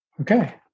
Okay